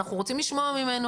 אנחנו רוצים לשמוע ממך